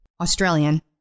Australian